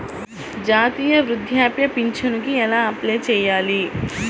జాతీయ వృద్ధాప్య పింఛనుకి ఎలా అప్లై చేయాలి?